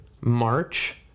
March